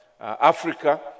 Africa